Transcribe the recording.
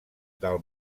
del